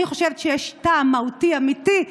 אני חושבת שיש טעם מהותי, אמיתי,